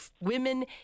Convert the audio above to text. women